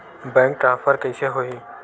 Bank transfer कइसे होही?